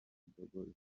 dogo